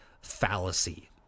fallacy